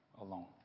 alone